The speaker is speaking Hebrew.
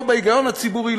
לא בהיגיון הציבורי,